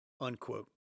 unquote